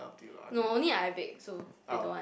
no only I bake so they don't want